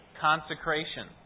consecration